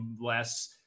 less